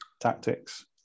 tactics